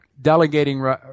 delegating